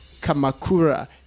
kamakura